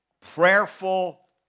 prayerful